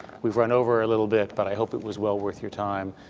we've run over a little bit, but i hope it was well worth your time.